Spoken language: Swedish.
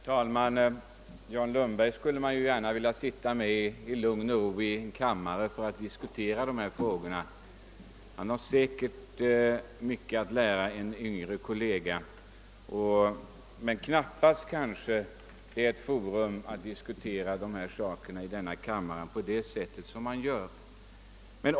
Herr talman! Jag skulle gärna vilja sitta och diskutera dessa frågor i lugn och ro med herr Lundberg. Han har säkerligen mycket att lära en yngre kollega. Men denna kammare är väl knappast rätt forum att diskutera frågorna på det sätt som herr Lundberg gör.